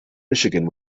michigan